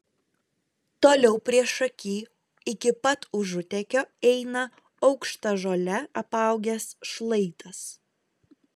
toliau priešaky iki pat užutekio eina aukšta žole apaugęs šlaitas